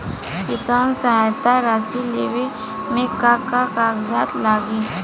किसान सहायता राशि लेवे में का का कागजात लागी?